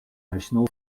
national